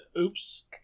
oops